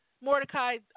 Mordecai